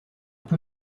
peu